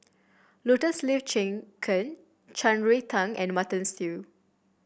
Lotus Leaf Chicken Shan Rui Tang and Mutton Stew